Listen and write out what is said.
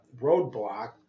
roadblock